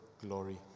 glory